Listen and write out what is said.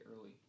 early